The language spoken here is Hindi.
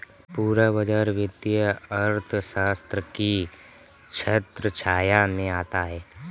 पूरा बाजार वित्तीय अर्थशास्त्र की छत्रछाया में आता है